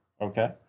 Okay